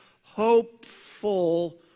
hopeful